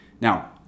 Now